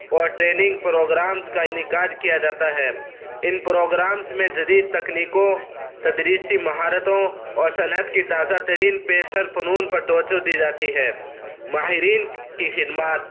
اور training programs کا انعکاذ کیا جاتا ہے ان پروگرامس میں جدید تکنیکوں تدریسی مہارتوں اور صنعت کی تازہ ترین پیشر فنون پر توجہ دی جاتی ہے ماہرین کی خدمات